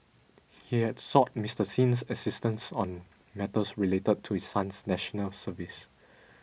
he had sought Mister Sin's assistance on matters related to his son's National Service